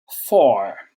four